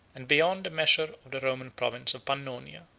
and beyond the measure of the roman province of pannonia,